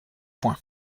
point